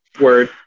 Word